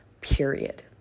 period